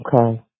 Okay